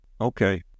Okay